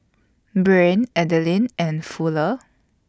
Breann Adilene and Fuller